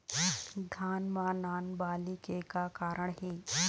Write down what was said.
धान म नान बाली के का कारण हे?